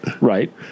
Right